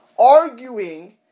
Arguing